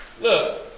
Look